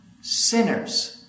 sinners